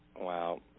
Wow